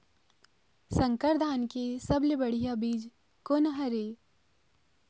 संकर धान के सबले बढ़िया बीज कोन हर ये?